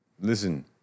listen